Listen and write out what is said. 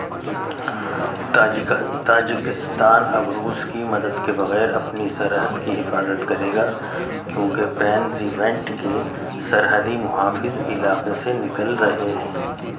تاجکا Tajikistan اب روس کی مدد کے بغیر اپنی سرحد کی حفاظت کرے گا کیوں کہ پینز ایوینٹ کے سرحدی محافظ علاقے سے نکل رہے ہیں